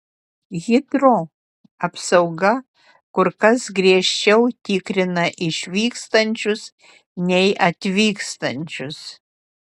hitrou apsauga kur kas griežčiau tikrina išvykstančius nei atvykstančius